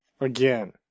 again